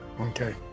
Okay